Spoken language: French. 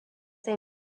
est